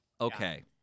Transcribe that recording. Okay